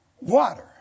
Water